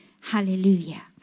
Hallelujah